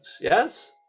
yes